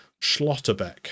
Schlotterbeck